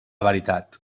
veritat